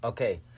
Okay